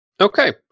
Okay